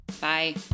Bye